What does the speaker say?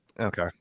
Okay